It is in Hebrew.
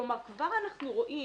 כלומר, כבר אנחנו רואים